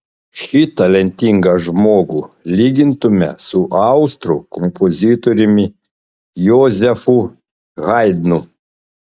šį talentingą žmogų lygintume su austrų kompozitoriumi jozefu haidnu